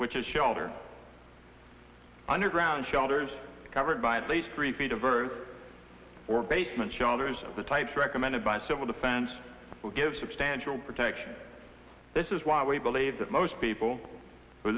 which is shelter underground shelters covered by at least three feet of earth or basement shoulders of the types recommended by civil defense will give substantial protection this is why we believe that most people who